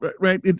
right